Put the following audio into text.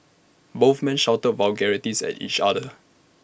both men shouted vulgarities at each other